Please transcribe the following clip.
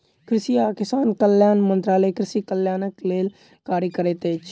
कृषि आ किसान कल्याण मंत्रालय कृषि कल्याणक लेल कार्य करैत अछि